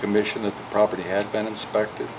commission the property had been inspected